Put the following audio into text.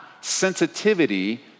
sensitivity